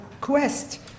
quest